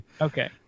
Okay